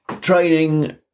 Training